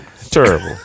Terrible